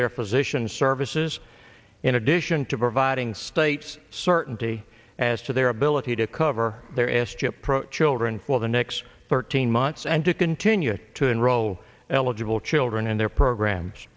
their physician services in addition to providing states certainty as to their ability to cover their ass to pro children for the next thirteen months and to continue to enroll eligible children in their programs